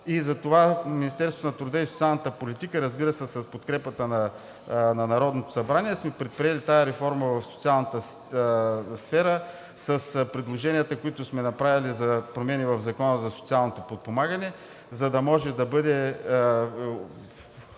Затова Министерството на труда и социалната политика, разбира се, с подкрепата на Народното събрание сме предприели тази реформа в социалната сфера с предложенията, които сме направили за промени в Закона за социалното подпомагане, за да може да бъде